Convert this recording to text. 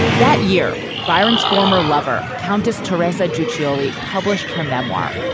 that year, byron's former lover, countess teresa giudice, only published her memoir.